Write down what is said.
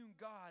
God